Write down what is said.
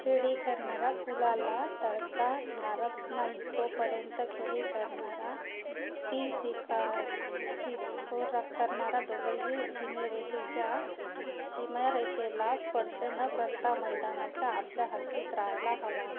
खेळी करणारा फुलाला तडाखा मारत नाही तोपर्यंत खेळी करणारा ती स्वीकार स्वीकारणारा दोघेही सीमारेषेच्या सीमारेषेला स्पर्श न करता मैदानाच्या आपापल्या हद्दीत राहायला हवेत